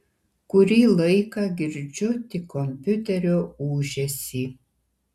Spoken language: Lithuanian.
kurį laiką girdžiu tik kompiuterio ūžesį